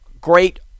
great